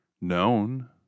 known